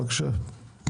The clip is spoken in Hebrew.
בבקשה.